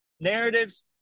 narratives